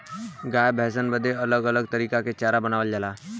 गाय भैसन बदे अलग अलग तरीके के चारा बनावल जाला